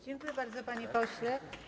Dziękuję bardzo, panie pośle.